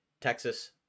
texas